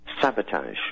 sabotage